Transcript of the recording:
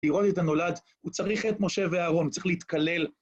לראות את הנולד, הוא צריך את משה ואהרון, צריך להתכלל.